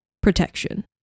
protection